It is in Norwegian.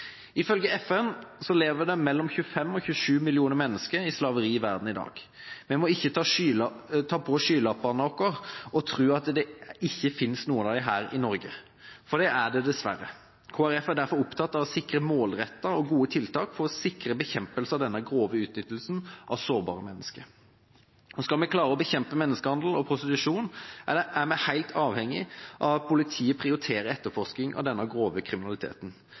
Ifølge FN lever det mellom 25 og 27 millioner mennesker i slaveri i verden i dag. Vi må ikke ta på skylappene våre og tro at ingen av dem er her i Norge, for det er de dessverre. Kristelig Folkeparti er derfor opptatt av å sikre målrettede og gode tiltak for å sikre bekjempelse av denne grove utnyttelsen av sårbare mennesker. Skal vi klare å bekjempe menneskehandel og prostitusjon, er vi helt avhengig av at politiet prioriterer etterforskning av denne grove kriminaliteten.